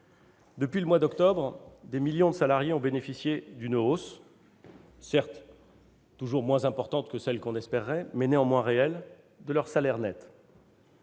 Depuis le mois d'octobre, des millions de salariés ont bénéficié d'une hausse, certes toujours moins importante que celle qu'on espérait, mais réelle de leur salaire net.